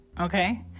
okay